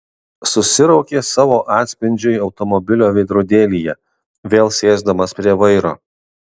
susiraukė savo atspindžiui automobilio veidrodėlyje vėl sėsdamas prie vairo